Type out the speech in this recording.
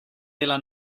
della